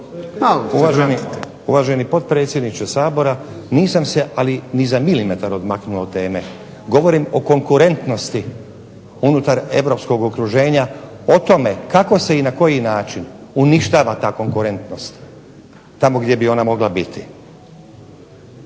Uvaženi potpredsjedniče Sabora, nisam se ali ni za milimetar odmaknuo od teme. Govorim o konkurentnosti unutar europskog okruženja, o tome kako se i na koji način uništava ta konkurentnost tamo gdje bi ona mogla biti.